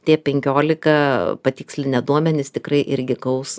tie penkiolika patikslinę duomenis tikrai irgi gaus